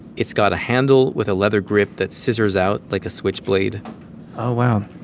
it's got a handle with a leather grip that scissors out like a switchblade oh, wow